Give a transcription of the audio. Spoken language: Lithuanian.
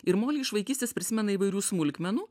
ir moli iš vaikystės prisimena įvairių smulkmenų